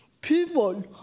people